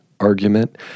argument